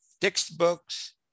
textbooks